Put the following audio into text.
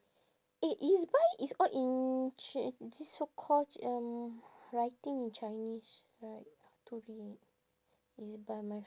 eh ezbuy is all in chi~ this so call um writing in chinese right how to read ezbuy my